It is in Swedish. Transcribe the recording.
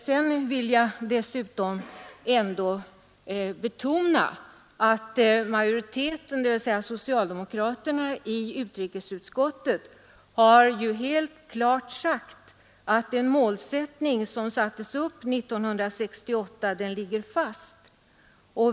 Dessutom vill jag betona att majoriteten, dvs. socialdemokraterna, i utrikesutskottet helt klart har sagt att det mål som sattes upp 1968 ligger fast.